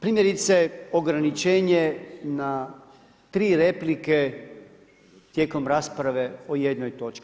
Primjerice ograničenje na tri replike tijekom rasprave o jednoj točki.